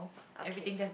okay